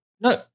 No